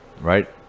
right